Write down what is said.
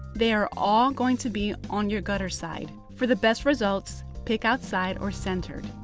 they are all going to be on your gutter side. for the best results, pick outside or centered.